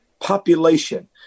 population